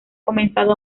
comenzado